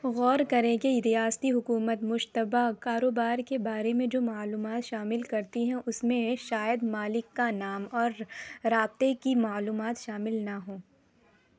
غور کریں کہ ریاستی حکومت مشتبہ کاروبار کے بارے میں جو معلومات شامل کرتی ہیں اس میں شاید مالک کا نام اور رابطہ کی معلومات شامل نہ ہوں